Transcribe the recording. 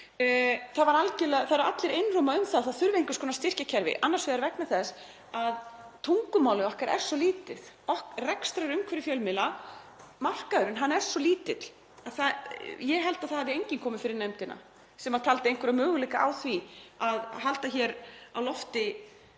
Það eru allir einróma um að það þurfi einhvers konar styrkjakerfi, annars vegar vegna þess að tungumálið okkar er svo lítið, rekstrarumhverfi fjölmiðla, markaðurinn, hann er svo lítill. Ég held að það hafi enginn komið fyrir nefndina sem taldi einhverja möguleika á því að halda hér á lofti